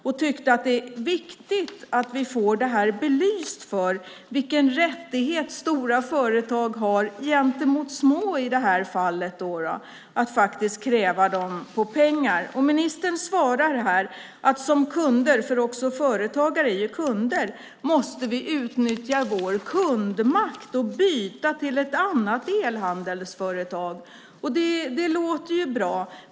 Jag tycker att det är viktigt att vi får belyst vilka rättigheter som stora företag har gentemot små, i detta fall att kräva dem på pengar. Ministern svarar här att vi som kunder - också företagare är kunder - måste utnyttja vår kundmakt och byta till ett annat elhandelsföretag. Det låter ju bra.